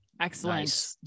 Excellent